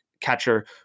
catcher